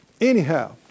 Anyhow